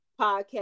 podcast